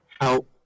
help